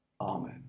Amen